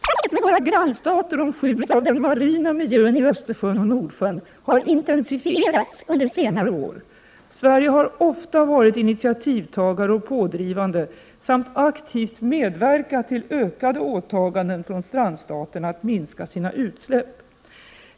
Samarbetet med våra grannstater om skyddet av den marina miljön i Östersjön och Nordsjön har intensifierats under senare år. Sverige har ofta varit initiativtagare och pådrivande samt aktivt medverkat till ökade åtaganden från strandstaterna att minska sina utsläpp.